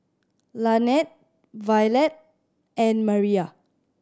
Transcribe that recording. Lanette Violette and Maria